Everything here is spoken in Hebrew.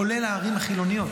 כולל הערים החילוניות,